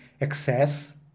excess